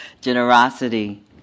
generosity